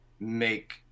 make